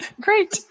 great